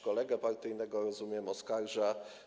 Kolegę partyjnego, jak rozumiem, oskarża.